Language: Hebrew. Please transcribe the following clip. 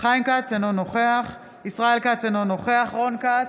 חיים כץ, אינו נוכח ישראל כץ, אינו נוכח רון כץ,